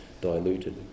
diluted